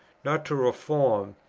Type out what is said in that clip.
not to reform,